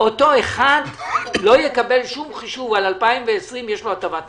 אחד לא יקבל שום חישוב, על 2020 תהיה לו הטבת מס.